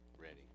ready